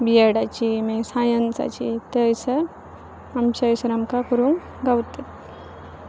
बी ऍडाची मागीर सायन्साची थंय आसा आमच्या थंयसर आमकां करूंक गावतात